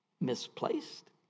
Misplaced